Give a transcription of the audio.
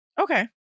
Okay